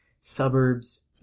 suburbs